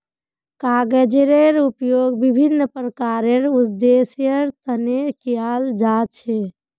कागजेर उपयोग विभिन्न प्रकारेर उद्देश्येर तने कियाल जा छे